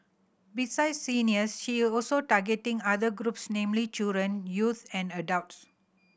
beside seniors she also targeting other groups namely children youth and adults